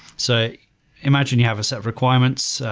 so imagine, you have a set of requirements,